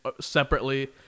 separately